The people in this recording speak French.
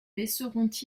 laisseront